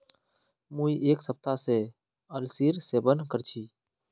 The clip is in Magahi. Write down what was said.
मुई एक हफ्ता स अलसीर सेवन कर छि